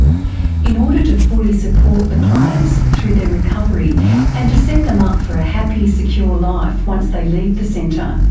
in order to fully support the clients through their recovery and to set them up for a happy secure life once they leave the centre,